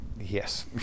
yes